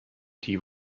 die